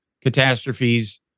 catastrophes